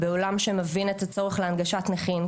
בעולם שמבין את הצורך להנגשת נכים,